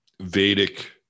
Vedic